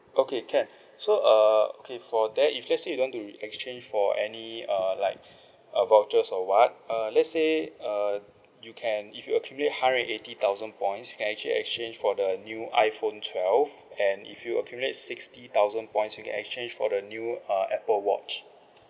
okay can so err okay for that if let's say you don't want to exchange for any uh like a vouchers or what uh let's say err you can if you accumulate hundred and eighty thousand points you can actually exchange for the new iPhone twelve and if you accumulate sixty thousand points you can exchange for the new uh Apple watch